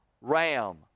ram